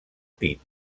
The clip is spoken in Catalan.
pit